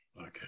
Okay